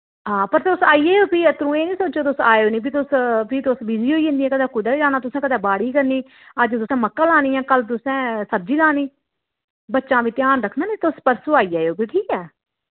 हां पर तुस आई जाएओ फ्ही अत्तरूं एह् निं सोचेओ तुस आएओ निं फ्ही तुस फ्ही तुस बिजी होई जन्नियां कदें कुतै जाना तुसें कदें बाड़ी करनी अज्ज तुसें मक्कां लानियां कल तुसें सब्जी लानी बच्चें दा बी ध्यान रक्खना ना तुस परसूं आई जाएओ फ्ही ठीक ऐ